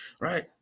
Right